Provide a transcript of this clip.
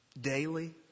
daily